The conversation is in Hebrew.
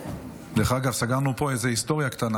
דרך אגב, סגרנו פה איזו היסטוריה קטנה.